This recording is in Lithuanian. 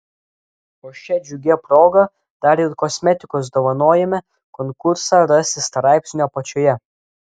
o šia džiugia proga dar ir kosmetikos dovanojame konkursą rasi straipsnio apačioje